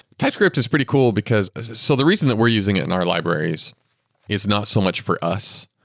typescript is pretty cool, because so the reason that we're using it in our libraries is not so much for us,